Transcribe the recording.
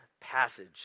passage